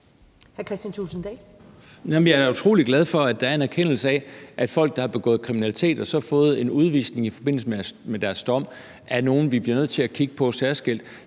jeg er utrolig glad for, at der er en erkendelse af, at folk, der har begået kriminalitet og fået en udvisning i forbindelse med deres dom, er nogle, vi bliver nødt til at kigge på særskilt.